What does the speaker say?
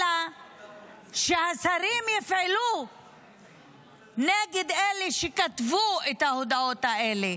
אלא שהשרים יפעלו נגד אלה שכתבו את ההודעות האלה.